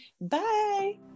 bye